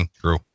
true